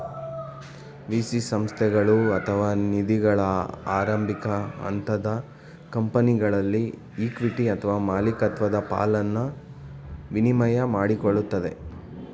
VC ಸಂಸ್ಥೆಗಳು ಅಥವಾ ನಿಧಿಗಳು ಆರಂಭಿಕ ಹಂತದ ಕಂಪನಿಗಳಲ್ಲಿ ಇಕ್ವಿಟಿ ಅಥವಾ ಮಾಲಿಕತ್ವದ ಪಾಲನ್ನ ವಿನಿಮಯ ಮಾಡಿಕೊಳ್ಳುತ್ತದೆ